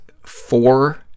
four